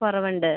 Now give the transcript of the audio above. കുറവുണ്ട്